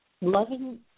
loving